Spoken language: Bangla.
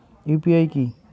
ইউ.পি.আই কি?